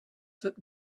that